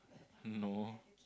no